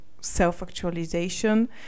self-actualization